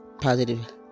positive